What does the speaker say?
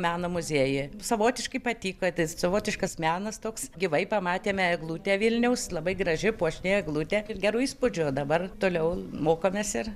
meno muziejuje savotiškai patiko tai savotiškas menas toks gyvai pamatėme eglutę vilniaus labai graži puošni eglutė ir gerų įspūdžių dabar toliau mokomės ir